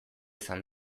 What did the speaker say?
izan